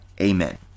Amen